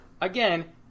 Again